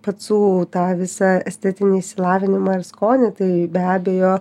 pacų tą visą estetinį išsilavinimą ir skonį tai be abejo